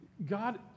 god